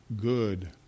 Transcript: good